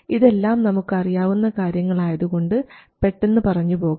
ഇതെല്ലാം നമുക്ക് അറിയാവുന്ന കാര്യങ്ങൾ ആയതുകൊണ്ട് പെട്ടെന്ന് പറഞ്ഞു പോകാം